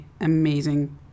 amazing